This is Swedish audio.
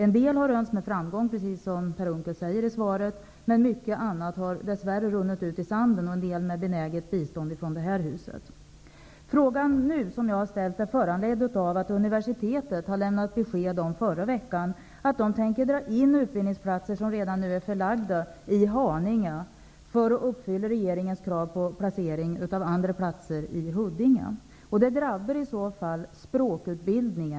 En del försök har rönts med framgång, precis som Per Unckel säger i svaret, men mycket annat har dess värre runnit ut i sanden, en del med benäget bistånd från det här huset. Den fråga som jag har ställt nu är föranledd av att universitetet förra veckan lämnade besked om att de tänker dra in utbildningsplatser som redan är förlagda till Haninge för att uppfylla regeringens krav på placering av andra platser i Huddinge. Det drabbar i så fall språkutbildningen.